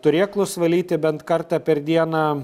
turėklus valyti bent kartą per dieną